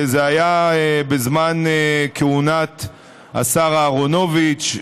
זה היה בזמן כהונת השר אהרונוביץ,